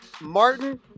Martin